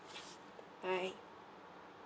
bye